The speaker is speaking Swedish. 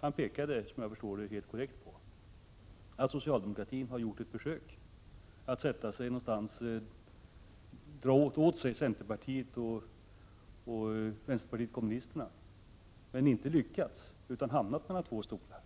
Han pekade — vad jag förstår helt korrekt — på att socialdemokratin har gjort ett försök att dra åt sig centerpartiet och vänsterpartiet kommunisterna men inte lyckats utan hamnat mellan två stolar.